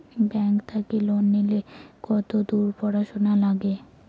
Bank থাকি loan নিলে কতদূর পড়াশুনা নাগে?